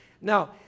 Now